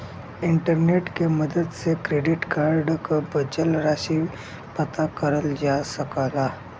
internet के मदद से क्रेडिट कार्ड क बचल राशि पता करल जा सकला